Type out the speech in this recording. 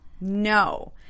No